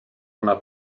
una